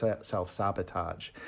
self-sabotage